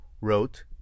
wrote